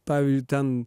pavyzdžiu ten